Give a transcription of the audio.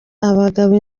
abagabo